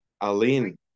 Aline